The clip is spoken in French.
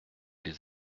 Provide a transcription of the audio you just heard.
les